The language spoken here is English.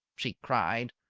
she cried.